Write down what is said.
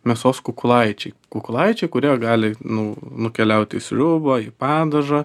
mėsos kukulaičiai kukulaičiai kurie gali nu nukeliaut į sriubą į padažą